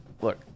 Look